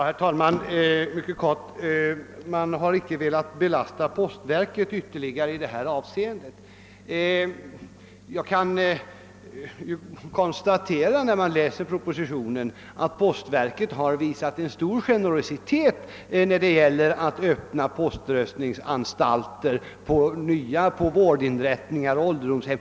Herr talman! Herr Adamsson säger att man icke velat belasta postverket i detta avseende. Av propositionen framgår emellertid att postverket har visat stor generositet i fråga om att öppna poströstningsanstalter på vårdinrättningar och på ålderdomshem.